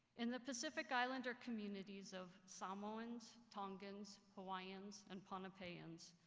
in the pacific islander communities of samoans, tongans, hawaiians and pohnpeians,